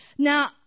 Now